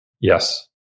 Yes